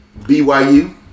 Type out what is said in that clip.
BYU